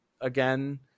again